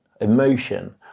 emotion